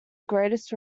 greatest